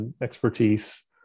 expertise